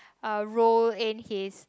uh role in his